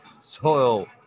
soil